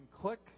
click